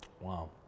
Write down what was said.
Wow